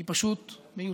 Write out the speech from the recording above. היא פשוט מיותרת.